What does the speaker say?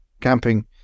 camping